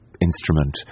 instrument